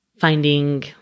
finding